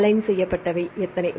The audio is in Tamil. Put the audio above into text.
அலைன் செய்யப்பட்டவை எத்தனை